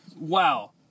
Wow